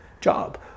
job